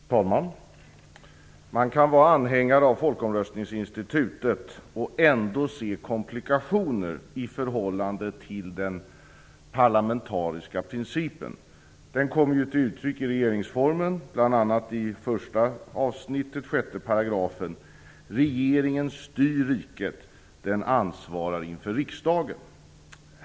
Fru talman! Man kan vara anhängare av Folkomröstningsinstitutet och ändå se komplikationer i förhållande till den parlamentariska principen. Den kommer ju till uttryck i regeringsformen, bl.a. i första avsnittet, 6 §: Regeringen styr riket. Den ansvarar inför riksdagen.